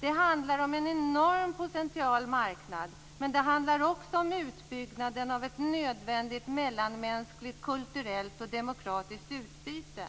Det handlar om en enorm potentiell marknad. Det handlar också om utbyggnaden av ett nödvändigt mellanmänskligt, kulturellt och demokratiskt utbyte.